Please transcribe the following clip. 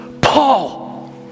Paul